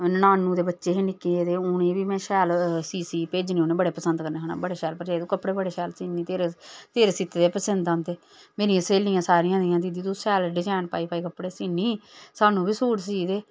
ननानू दे बच्चे हे निक्के जनेह् ते उ'नेंगी में शैल सी सी भेजने बड़े पसंद करने आखदे भरजाई तू कपड़े बड़े शैल सीनी तेरे तेरे सीते दे पसंद आंदे मेरी स्हेलियां सारियां मिगी आखदियां दीदी तू शैल डिजाइन पाई पाई कपड़े सीनी स्हानू बी सूट सी दे